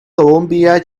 colombia